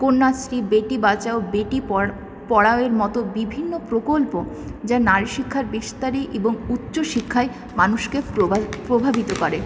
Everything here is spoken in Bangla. কন্যাশ্রী বেটি বাঁচাও বেটি পড়া পড়াওয়ের মতো বিভিন্ন প্রকল্প যা নারী শিক্ষার বিস্তারে উচ্চ শিক্ষায় মানুষকে প্রবাহি প্রভাবিত করে